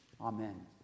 Amen